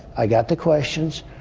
i got the questions.